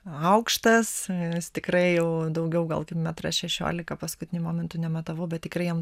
aukštas jis tikrai jau daugiau gal kaip metras šešiolika paskutiniu momentu nematavau bet tikrai jam